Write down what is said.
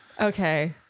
Okay